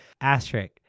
Asterisk